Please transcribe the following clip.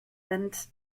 went